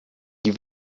die